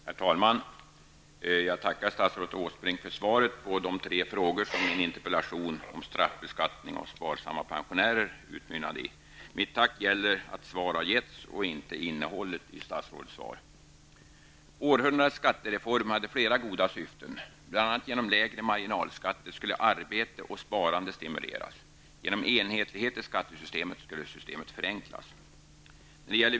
Herr talman! Jag tackar statsrådet Åsbrink för svaret på de tre frågor som min interpellation om straffbeskattningen av sparsamma pensionärer utmynnade i. Mitt tack gäller att ett svar har getts och inte innehållet i statsrådets svar. Århundradets skattereform hade flera goda syften. Bl.a. genom lägre marginalskatter skulle arbete och sparande stimuleras. Genom enhetlighet skulle skattesystemet förenklas.